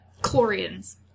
Chlorians